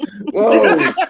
whoa